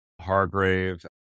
Hargrave